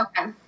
Okay